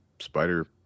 spider